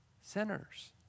sinners